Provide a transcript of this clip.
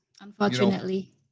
Unfortunately